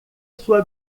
sua